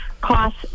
cost